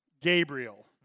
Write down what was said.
Gabriel